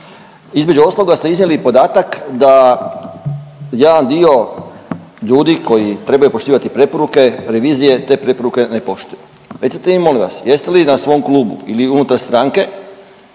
Između ostaloga ste iznijeli i podatak da jedan dio ljudi koji trebaju poštivati preporuke revizije te preporuke ne poštuju. Recite mi molim vas jeste li na svom klubu ili unutar stranke